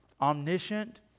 omniscient